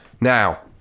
Now